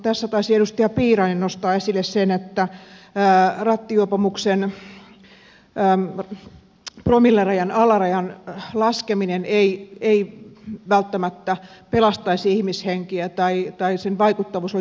tässä taisi edustaja piirainen nostaa esille sen että rattijuopumuksen promillerajan alarajan laskeminen ei välttämättä pelastaisi ihmishenkiä tai sen vaikuttavuus olisi pieni